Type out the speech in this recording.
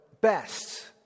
best